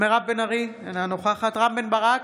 מירב בן ארי, אינה נוכחת רם בן ברק,